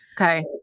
Okay